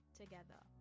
together